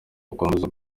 gukomeza